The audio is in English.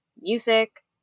music